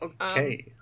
Okay